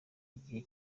igihe